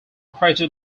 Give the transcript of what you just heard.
crater